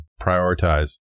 prioritize